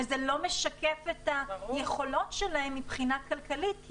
שלא משקפים את היכולות שלהם מבחינה כלכלית,